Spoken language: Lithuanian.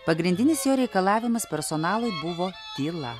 pagrindinis reikalavimas personalui buvo tyla